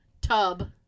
tub